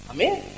Amen